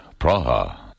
Praha